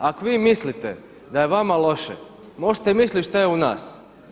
Ako vi mislite da je vama loše, možete misliti šta je u nas.